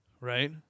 right